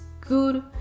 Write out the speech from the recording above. good